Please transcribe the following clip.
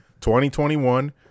2021